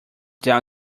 down